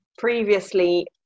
previously